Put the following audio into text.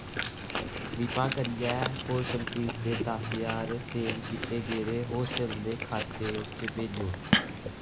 कृपा करियै hostel fees दे दस ज्हार सेव कीते गेदे होस्टल दे खाते च भेजो